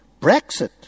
Brexit